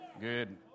Good